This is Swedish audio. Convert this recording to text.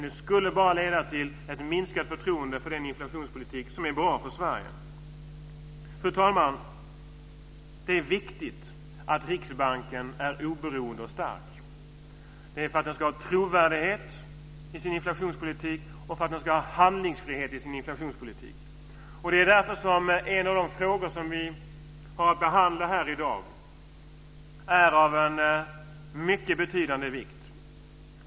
Det skulle bara leda till ett minskat förtroende för den inflationspolitik som är bra för Sverige. Fru talman! Det är viktigt att Riksbanken är oberoende och stark. Den ska ha trovärdighet och handlingsfrihet i sin inflationspolitik. Det är därför som en av de frågor vi har att behandla i dag har betydande vikt.